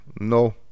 no